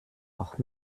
auch